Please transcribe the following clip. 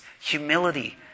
humility